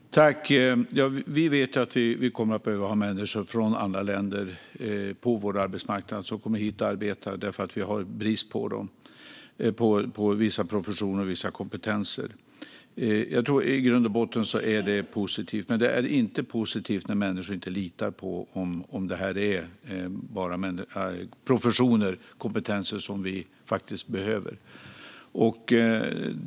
Herr talman! Vi vet att vi kommer att behöva människor från andra länder som kommer hit och arbetar på vår arbetsmarknad, för vi har brist på vissa professioner och kompetenser. Jag tror att det i grund och botten är positivt. Men det är inte positivt när människor inte litar på att det bara rör sig om professioner och kompetenser som vi faktiskt behöver.